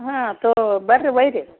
ಹಾಂ ತೋ ಬನ್ರಿ ಒಯ್ಯಿರಿ